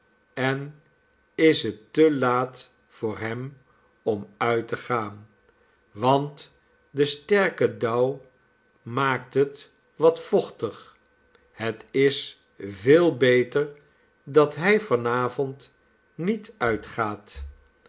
en is het te laat voor hem om uit te gaan want de sterke dauw maakt het wat vochtig het is veel beter dat hij van avond niet uitgaat